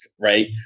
right